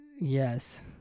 Yes